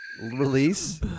Release